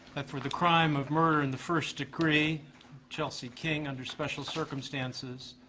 that for the crime of murder in the first degree chelsea king under special circumstances